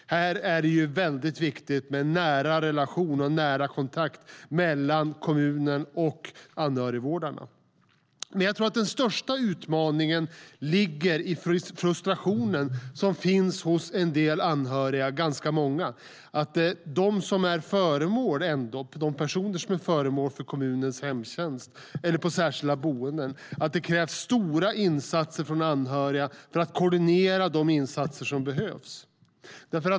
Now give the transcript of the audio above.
Här är det viktigt med en nära relation och god kontakt mellan kommunen och anhörigvårdaren. Den största utmaningen tror jag ligger i den frustration som finns hos ganska många anhöriga till personer som är föremål för kommunens hemtjänst eller särskilda boenden eftersom det krävs stora insatser från anhöriga för att koordinera de åtgärder som behövs.